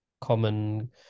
common